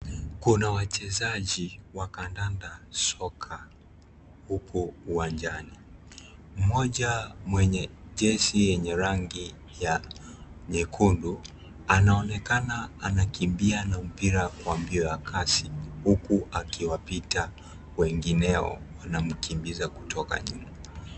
Kuna wachezaji wa kadanda soka huku uwanjani, mmoja mwenye jezi yenye rangi ya nyekundu anaonekana anakimbia na mpira kwa mbio ya kasi huku akiwapita wengineo wanamkimbiza kutoka nyuma.